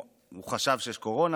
הוא חשב שיש קורונה.